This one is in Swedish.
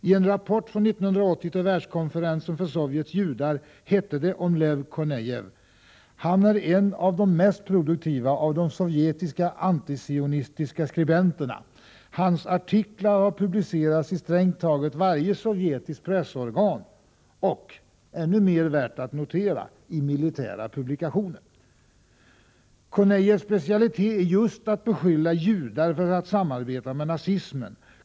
I en rapport från 1980 till Världskonferensen för Sovjets Judar hette det om Lev Kornejev: ”Han är en av de mest produktiva av de sovjetiska antisionistiska skribenterna. Hans artiklar har publicerats i strängt taget varje sovjetiskt pressorgan, och, ännu mer värt att notera, i militära publikationer.” Kornejevs specialitet är just att beskylla judar för att samarbeta med nazismen.